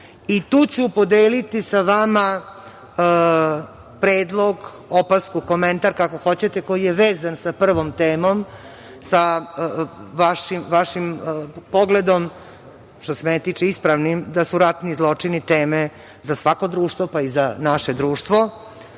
ću podeliti sa vama predlog, opasku, komentar, kako hoćete, koji je vezan sa prvom temom, sa vašim pogledom, što se mene tiče ispravnim, da su ratni zločini teme za svako društvo, pa i za naše društvo,